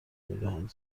میدهند